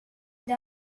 the